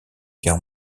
guerre